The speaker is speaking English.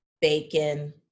bacon